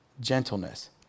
gentleness